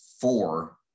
four